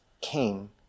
came